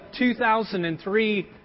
2003